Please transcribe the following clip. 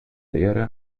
lehre